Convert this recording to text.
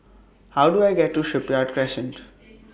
How Do I get to Shipyard Crescent